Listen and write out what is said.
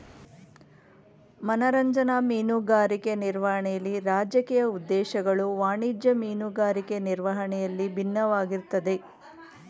ಮನರಂಜನಾ ಮೀನುಗಾರಿಕೆ ನಿರ್ವಹಣೆಲಿ ರಾಜಕೀಯ ಉದ್ದೇಶಗಳು ವಾಣಿಜ್ಯ ಮೀನುಗಾರಿಕೆ ನಿರ್ವಹಣೆಯಲ್ಲಿ ಬಿನ್ನವಾಗಿರ್ತದೆ